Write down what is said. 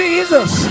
Jesus